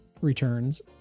returns